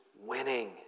winning